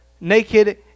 naked